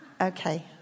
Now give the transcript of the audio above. Okay